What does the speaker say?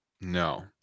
No